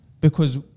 because-